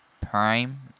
Prime